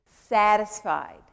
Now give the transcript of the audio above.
satisfied